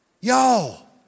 Y'all